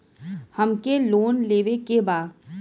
हमके लोन लेवे के बा?